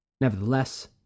Nevertheless